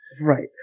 Right